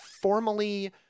formally